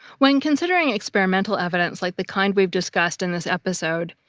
when considering experimental evidence like the kind we've discussed in this episode,